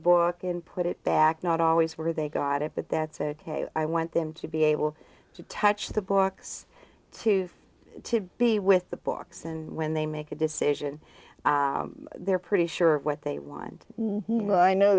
book and put it back not always where they got it but that's ok i want them to be able to touch the books too to be with the books and when they make a decision they're pretty sure what they want well i know